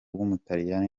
w’umutaliyani